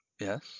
Yes